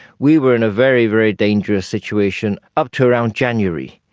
we were in a very, very dangerous situation up to around january.